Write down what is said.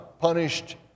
punished